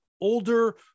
Older